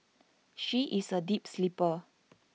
she is A deep sleeper